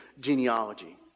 genealogy